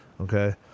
Okay